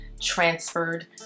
transferred